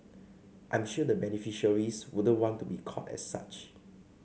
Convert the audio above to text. I'm sure the beneficiaries wouldn't want to be called as such